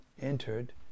entered